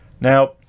Now